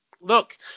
Look